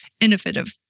innovative